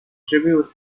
tribute